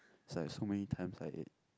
is like so many times I ate